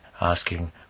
asking